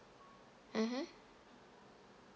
mmhmm